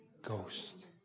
ghost